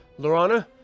Lorana